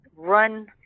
run